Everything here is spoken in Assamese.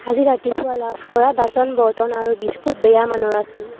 আজি ৰাতিপুৱা লাভ কৰা বাচন বৰ্তন আৰু বিস্কুট বেয়া মানৰ আছিল